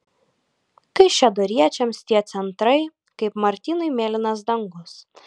kaišiadoriečiams tie centrai kaip martynui mėlynas dangus